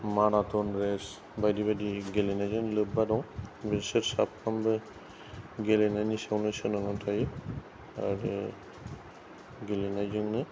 marathon race बायदि बायदि गेलेनायजों लोब्बा दं बिसोर साफ्रोमबो गेलेनायनि सायावनो सोनारनानै थायो आरो गेलेनायजोंनो